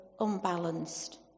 unbalanced